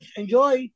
enjoy